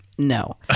No